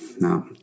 no